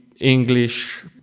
English